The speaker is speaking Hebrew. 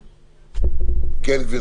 כן, גברתי.